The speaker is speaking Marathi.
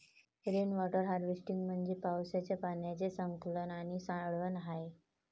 रेन वॉटर हार्वेस्टिंग म्हणजे पावसाच्या पाण्याचे संकलन आणि साठवण आहे